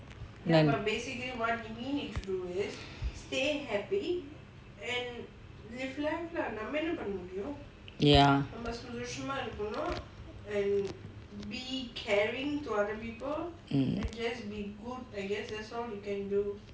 ya mm